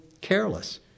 careless